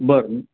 बरं